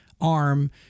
arm